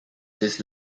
this